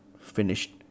finished